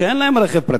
שאין להם רכב פרטי.